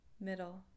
middle